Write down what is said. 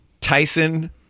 Tyson